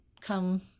come